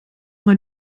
mal